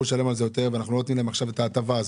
לשלם על זה יותר ואנחנו לא נותנים להם עכשיו את ההטבה הזאת.